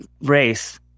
race